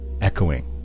Echoing